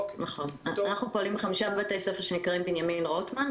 אנחנו פועלים ב-5 בתי ספר שנקראים בנימין רוטמן,